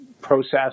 process